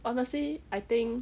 honestly I think